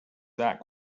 that